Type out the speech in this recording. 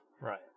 Right